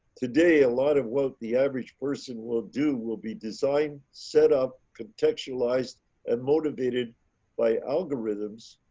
today, a lot of what the average person will do will be designed set up contextualize and motivated by algorithms,